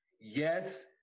yes